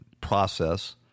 process